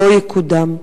לא יקודם?